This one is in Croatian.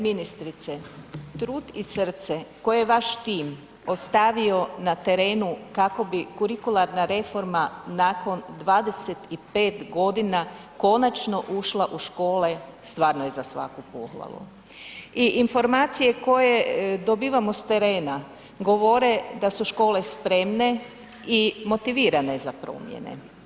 Ministrice, trud i srce koje je vaš tim ostavio na terenu kako bi kurikularna reforma nakon 25.g. konačno ušla u škole stvarno je za svaku pohvalu i informacije koje dobivamo s terena govore da su škole spremne i motivirane za promjene.